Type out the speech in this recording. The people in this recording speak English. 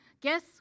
Guess